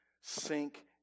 sink